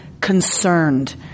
concerned